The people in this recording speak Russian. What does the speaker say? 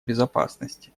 безопасности